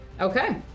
Okay